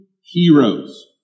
heroes